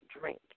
drink